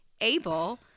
able